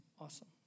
Awesome